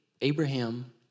Abraham